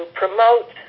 promote